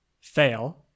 fail